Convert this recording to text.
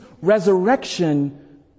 resurrection